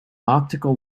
optical